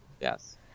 yes